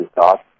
thoughts